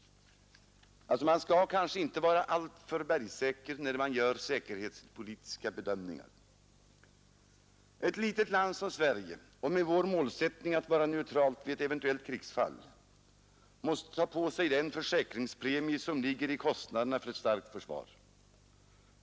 Man skall alltså inte vara alltför bergsäker, när man gör säkerhetspolitiska bedömningar. Ett litet land som Sverige och med vår målsättning att vara neutralt vid ett eventuellt krigsfall måste ta på sig den försäkringspremie som ligger i kostnaderna för ett starkt försvar.